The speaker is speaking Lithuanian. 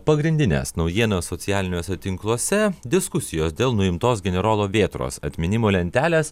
pagrindines naujienas socialiniuose tinkluose diskusijos dėl nuimtos generolo vėtros atminimo lentelės